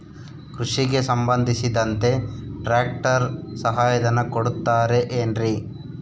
ಕೃಷಿಗೆ ಸಂಬಂಧಿಸಿದಂತೆ ಟ್ರ್ಯಾಕ್ಟರ್ ಸಹಾಯಧನ ಕೊಡುತ್ತಾರೆ ಏನ್ರಿ?